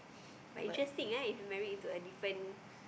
but interesting eh if you marry into a different